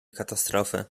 katastrofy